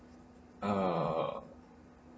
uh